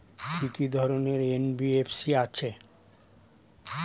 কি কি ধরনের এন.বি.এফ.সি আছে?